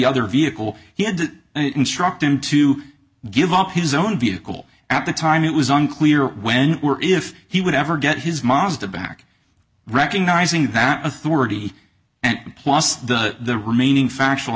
other vehicle he had to instruct him to give up his own vehicle at the time it was unclear when or if he would ever get his mazda back recognizing that authority and plus the remaining factual